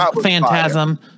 Phantasm